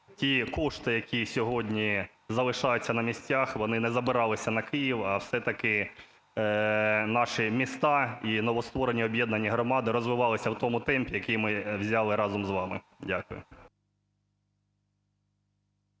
ті кошти, які сьогодні залишаються на місцях, вони не забиралися на Київ, а все-таки наші міста і новостворені об'єднані громади розвивалися в тому темпі, який ми взяли разом з вами? Дякую.